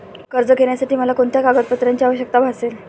कर्ज घेण्यासाठी मला कोणत्या कागदपत्रांची आवश्यकता भासेल?